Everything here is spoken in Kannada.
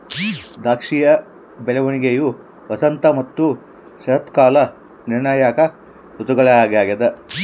ದ್ರಾಕ್ಷಿಯ ಬೆಳವಣಿಗೆಯು ವಸಂತ ಮತ್ತು ಶರತ್ಕಾಲ ನಿರ್ಣಾಯಕ ಋತುಗಳಾಗ್ಯವ